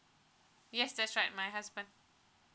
yes that's right my husband